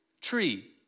tree